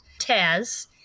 Taz